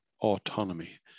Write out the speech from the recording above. autonomy